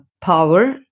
power